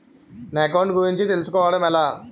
నా అకౌంట్ గురించి తెలుసు కోవడం ఎలా?